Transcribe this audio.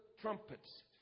trumpets